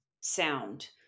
sound